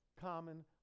common